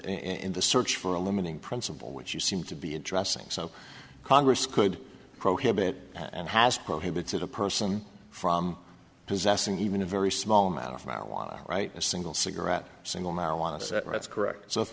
in the search for a limiting principle which you seem to be addressing so congress could prohibit and has prohibited a person from possessing even a very small amount of marijuana right a single cigarette single marijuana that's correct so if